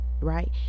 right